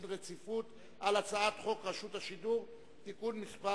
רציפות על הצעת חוק רשות השידור (תיקון מס'